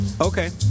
Okay